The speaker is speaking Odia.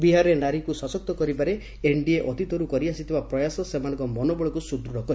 ବିହାରରେ ନାରୀଙ୍କୁ ସଶକ୍ତ କରିବାରେ ଏନ୍ଡିଏ ଅତୀତରୁ କରିଆସିଥିବା ପ୍ରୟାସ ସେମାନଙ୍କ ମନୋବଳକୁ ସୁଦୃଢ଼ କରିଛି